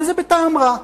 וזה בטעם רע.